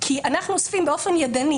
אנחנו אוספים את הנתונים באופן ידני,